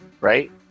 right